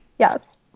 Yes